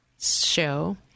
show